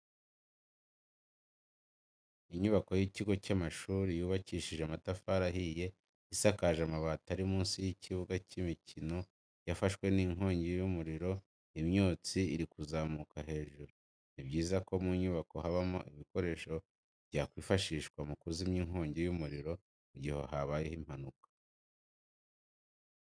Inyubako y'ikigo cy'amashuri yubakishije amatafari ahiye isakaje amabati iri munsi y'ikibuga cy'imikino yafashwe n'inkongi y'umuriro imyotsi iri kuzamuka hejuru. Ni byiza ko mu nyubako habamo ibikoresho byakwifashishwa mu kuzimya inkongi y'umuriro mu gihe habayeho impanuka.